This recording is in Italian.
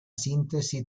sintesi